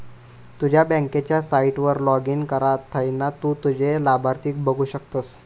तुझ्या बँकेच्या साईटवर लाॅगिन करुन थयना तु तुझे लाभार्थी बघु शकतस